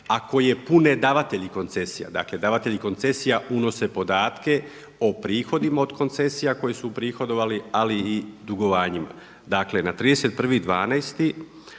a koje pune davatelji koncesija, dakle davatelji koncesija unose podatke o prihodima od koncesija koje su uprihodovali, ali i dugovanjima. Dakle, na 31.12.